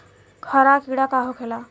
हरा कीड़ा का होखे ला?